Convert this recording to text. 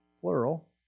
plural